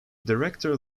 director